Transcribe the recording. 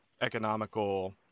economical